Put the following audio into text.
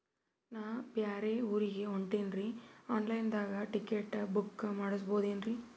ನಾ ಬ್ಯಾರೆ ಊರಿಗೆ ಹೊಂಟಿನ್ರಿ ಆನ್ ಲೈನ್ ದಾಗ ಟಿಕೆಟ ಬುಕ್ಕ ಮಾಡಸ್ಬೋದೇನ್ರಿ?